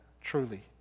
truly